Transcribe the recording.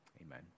Amen